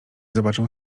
zobaczą